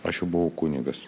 aš jau buvau kunigas